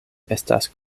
estas